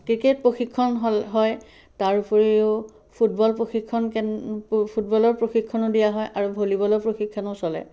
cricket প্ৰশিক্ষণ হয় তাৰ উপৰিও ফুটবল প্ৰশিক্ষণ কেন ফুটবলৰ প্ৰশিক্ষণো দিয়া হয় আৰু ভলিবলৰ প্ৰশিক্ষণো চলে